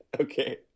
Okay